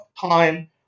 time